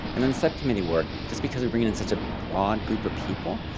and then, subcommittee work just because they're bringing in such a broad group of people.